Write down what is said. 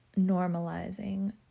normalizing